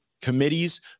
Committees